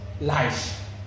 life